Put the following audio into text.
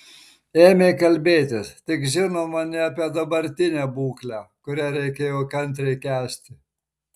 ėmė kalbėtis tik žinoma ne apie dabartinę būklę kurią reikėjo kantriai kęsti